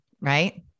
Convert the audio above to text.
Right